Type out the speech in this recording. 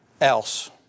else